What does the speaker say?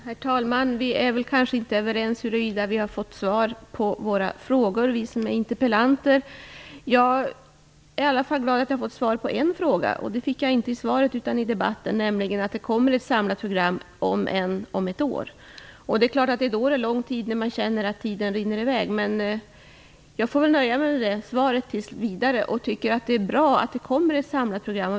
Herr talman! Vi interpellanter är kanske inte överens med statsrådet om huruvida vi har fått svar på våra frågor. Jag är i alla fall glad att jag har fått svar på en fråga. Det fick jag inte i interpellationssvaret utan i debatten efter. Det kommer ett samlat program om ett år. Det är klart att det är lång tid när man känner att tiden rinner i väg, men jag får nöja mig med det svaret tillsvidare. Jag tycker att det är bra att det kommer ett samlat program.